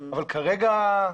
אבל כרגע,